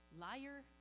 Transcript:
liar